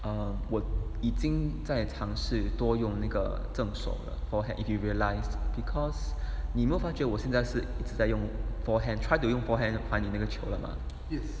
um 我已经在尝试多用那个正手了 forehand if you realized because 你没有发觉我现一直在用 forehand try to 用 forehand apply 你那个球了 mah